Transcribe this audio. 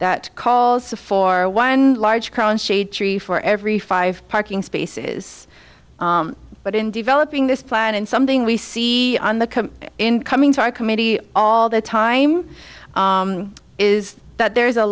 that calls for one large current shade tree for every five parking spaces but in developing this plan and something we see on the incoming to our committee all the time is that there is a